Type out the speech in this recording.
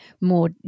more